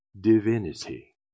divinity